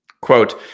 Quote